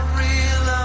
real